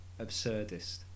absurdist